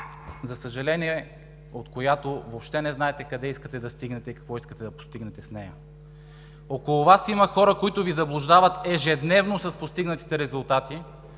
за съжаление, от която въобще не знаете къде искате да стигнете и какво искате да постигнете с нея. Около Вас има хора, които Ви заблуждават ежедневно с постигнатите резултати,